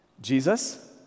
Jesus